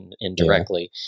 indirectly